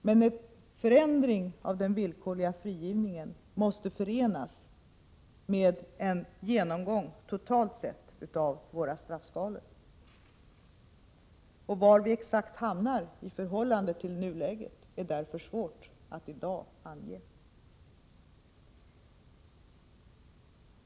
Men en förändring av den villkorliga frigivningen måste förenas med en genomgång totalt sett av våra straffskalor. Därför är det svårt att i dag exakt ange var vi hamnar i förhållande till nuläget.